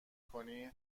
کنی